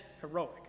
heroic